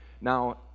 Now